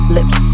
Lips